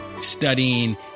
studying